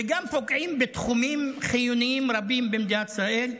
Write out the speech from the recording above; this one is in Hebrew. וגם פוגעים בתחומים חיוניים רבים במדינת ישראל,